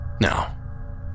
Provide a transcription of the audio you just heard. Now